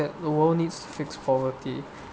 the world needs to fix poverty